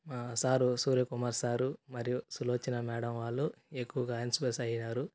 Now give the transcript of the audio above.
మా sir Surya Kumar sir మరియు Sulochana madam వాళ్ళు ఎక్కువుగా ఇన్స్పైర్ అయ్యారు